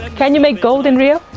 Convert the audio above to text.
can you make gold in rio?